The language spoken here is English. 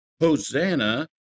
Hosanna